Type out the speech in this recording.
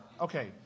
Okay